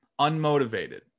unmotivated